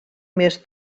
més